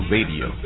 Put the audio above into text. Radio